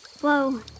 Whoa